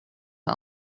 the